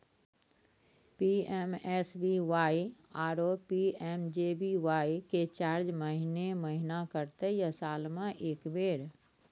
PMSBY आरो PMJBY के charge महीने महीना कटते या साल म एक बेर?